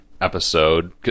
episode